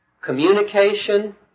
Communication